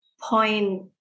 point